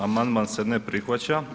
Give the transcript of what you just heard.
Amandman se ne prihvaća.